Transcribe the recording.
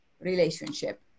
relationship